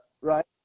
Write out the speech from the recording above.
Right